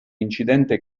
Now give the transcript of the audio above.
incidente